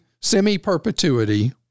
semi-perpetuity